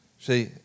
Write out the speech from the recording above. See